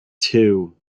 two